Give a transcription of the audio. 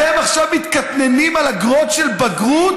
אתם עכשיו מתקטננים על אגרות של בגרות?